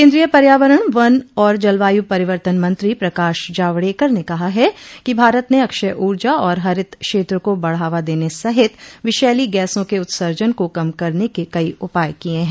कन्द्रीय पर्यावरण वन और जलवायु परिवर्तन मंत्री प्रकाश जावड़ेकर ने कहा है कि भारत ने अक्षय ऊर्जा और हरित क्षेत्र को बढ़ावा देने सहित विषैली गैसों के उत्सर्जन को कम करने के कई उपाय किये हैं